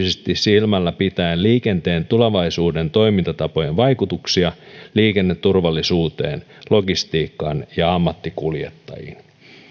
erityisesti silmällä pitäen liikenteen tulevaisuuden toimintatapojen vaikutuksia liikenneturvallisuuteen logistiikkaan ja ammattikuljettajiin